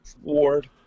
ward